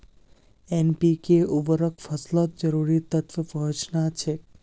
NPK उर्वरक फसलत जरूरी तत्व पहुंचा छेक